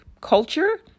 culture